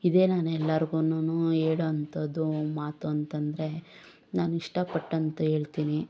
ಇದೆ ನಾನು ಎಲ್ಲರ್ಗುನೂ ಹೇಳುವಂತದ್ದು ಮಾತು ಅಂತಂದ್ರೆ ನಾನು ಇಷ್ಟ ಪಟ್ಟಂತೆ ಹೇಳ್ತೀನಿ